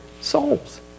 souls